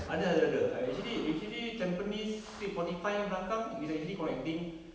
ada ada ada err actually actually tampines street forty five yang belakang is actually connecting